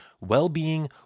well-being